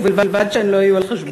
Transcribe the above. ובלבד שהן לא יהיו על חשבוני.